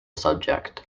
subject